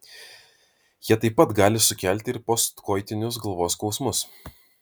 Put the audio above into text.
jie taip pat gali sukelti ir postkoitinius galvos skausmus